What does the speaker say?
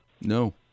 No